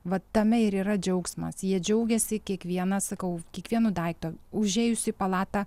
va tame ir yra džiaugsmas jie džiaugiasi kiekviena sakau kiekvienu daiktu užėjus į palatą